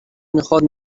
میخاد